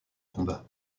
combat